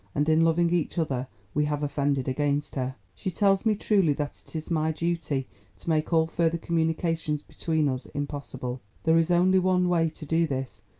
and in loving each other we have offended against her. she tells me truly that it is my duty to make all further communications between us impossible. there is only one way to do this,